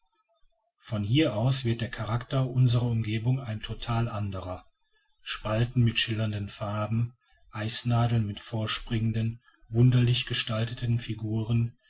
von hier aus wird der charakter unserer umgebung ein total anderer spalten mit schillernden farben eisnadeln mit vorspringenden wunderlich gestalteten figuren